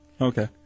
Okay